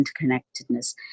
interconnectedness